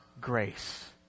grace